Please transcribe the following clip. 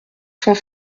cent